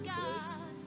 God